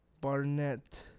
Barnett